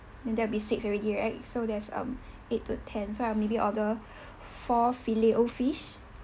then that will be six already right so there's um eight to ten so I'll maybe order four filet-o-fish